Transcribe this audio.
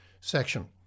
section